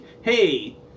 hey